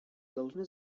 должны